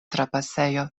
trapasejo